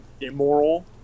immoral